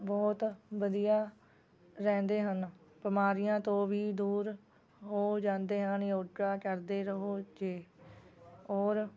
ਬਹੁਤ ਵਧੀਆ ਰਹਿੰਦੇ ਹਨ ਬਿਮਾਰੀਆਂ ਤੋਂ ਵੀ ਦੂਰ ਹੋ ਜਾਂਦੇ ਹਨ ਯੋਗਾ ਕਰਦੇ ਰਹੋ ਜੇ ਔਰ